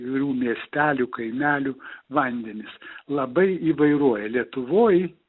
įvairių miestelių kaimelių vandenis labai įvairuoja lietuvoj